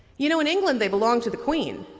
you know in england they belong to the queen.